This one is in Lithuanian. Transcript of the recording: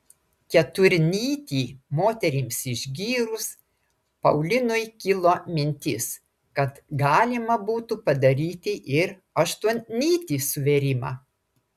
keturnytį moterims išgyrus paulinui kilo mintis kad galima būtų padaryti ir aštuonnytį suvėrimą